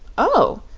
oh!